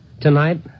Tonight